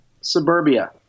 Suburbia